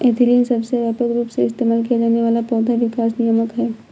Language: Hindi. एथिलीन सबसे व्यापक रूप से इस्तेमाल किया जाने वाला पौधा विकास नियामक है